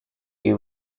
you